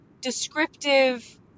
descriptive